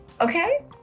Okay